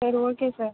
சரி okay sir